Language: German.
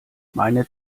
meine